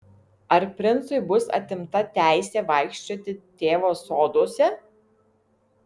ar princui bus atimta teisė vaikščioti tėvo soduose